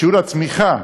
שיעור הצמיחה,